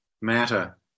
matter